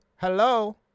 hello